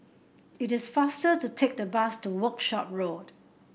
it is faster to take the bus to Workshop Road